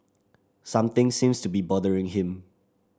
something seems to be bothering him